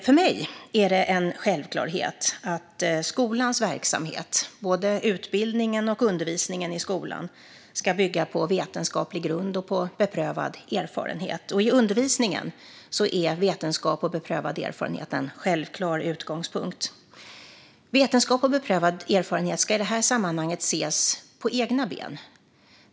För mig är det en självklarhet att skolans verksamhet, både utbildningen och undervisningen i skolan, ska bygga på vetenskaplig grund och på beprövad erfarenhet. I undervisningen är vetenskap och beprövad erfarenhet en självklar utgångspunkt. Vetenskap och beprövad erfarenhet ska i detta sammanhang ses som stående på egna ben.